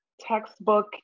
textbook